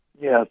Yes